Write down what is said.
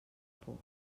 por